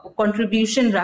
contribution